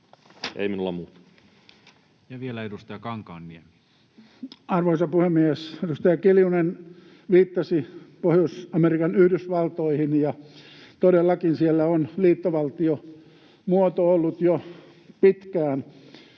EU:n elpymispakettiin Time: 21:37 Content: Arvoisa puhemies! Edustaja Kiljunen viittasi Pohjois-Amerikan Yhdysvaltoihin. Todellakin siellä on liittovaltiomuoto ollut jo pitkään.